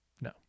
No